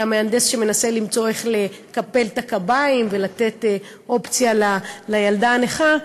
מהנדס שמנסה למצוא איך לקפל את הקביים ולתת אופציה לילדה הנכה.